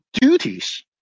duties